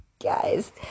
guys